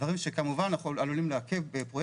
דברים שכמובן עלולים לעכב פרויקטים.